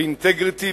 ואינטגריטי,